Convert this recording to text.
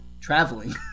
Traveling